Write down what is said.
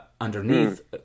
underneath